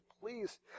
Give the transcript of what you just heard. please